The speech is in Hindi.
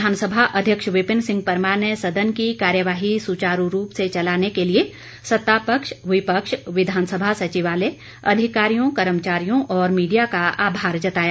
विधानसभा अध्यक्ष विपिन सिंह परमार ने सदन की कार्यवाही सुचारू रूप से चलाने के लिए सत्तापक्ष विपक्ष विधानसभा सचिवालय अधिकारियों कर्मचारियों और मीडिया का आभार जताया